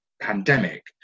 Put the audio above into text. pandemic